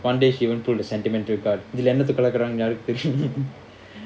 one day she won't pull the sentimental card நீ என்னத்த கலக்குற:nee ennatha kalakura